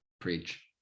preach